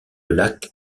lac